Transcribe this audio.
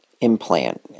implant